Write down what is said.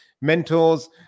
mentors